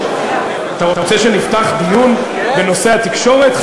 אתה רוצה שנפתח דיון בנושא התקשורת,